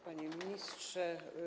Panie Ministrze!